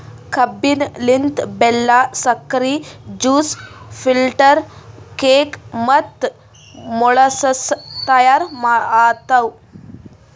ಕಬ್ಬಿನ ಲಿಂತ್ ಬೆಲ್ಲಾ, ಸಕ್ರಿ, ಜ್ಯೂಸ್, ಫಿಲ್ಟರ್ ಕೇಕ್ ಮತ್ತ ಮೊಳಸಸ್ ತೈಯಾರ್ ಆತವ್